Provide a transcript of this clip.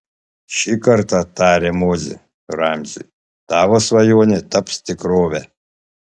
šį kartą tarė mozė ramziui tavo svajonė taps tikrove